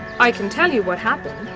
i can tell you what happened.